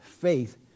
faith